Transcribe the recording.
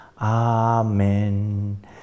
Amen